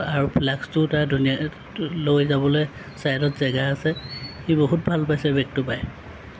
আৰু ফ্লাক্সটো তাৰ ধুনীয়া লৈ যাবলৈ ছাইডত জেগা আছে সি বহুত ভাল পাইছে বেগটো পাই